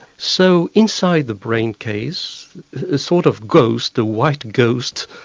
so inside the brain case a sort of ghost, a white ghost,